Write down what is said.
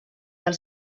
del